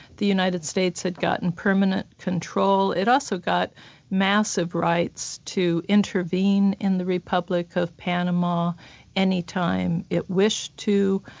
the united states had gotten permanent control it also got massive rights to intervene in the republic of panama any time it wished to.